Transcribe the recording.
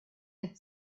had